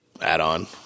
add-on